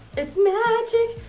it's magic,